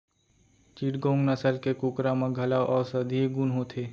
चिटगोंग नसल के कुकरा म घलौ औसधीय गुन होथे